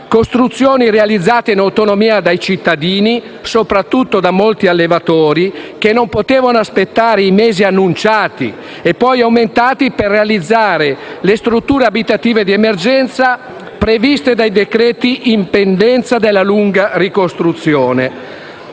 costruzioni realizzate in autonomia dai cittadini, soprattutto da molti allevatori che non potevano aspettare i mesi annunciati, e poi prorogati, per realizzare le strutture abitative di emergenza previste dai provvedimenti in pendenza della lunga ricostruzione.